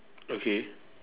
okay